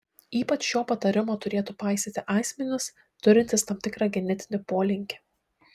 ypač šio patarimo turėtų paisyti asmenys turintys tam tikrą genetinį polinkį